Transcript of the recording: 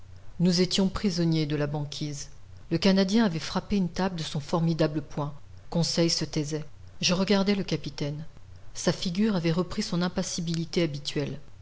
nous étions prisonniers de la banquise le canadien avait frappé une table de son formidable poing conseil se taisait je regardai le capitaine sa figure avait repris son impassibilité habituelle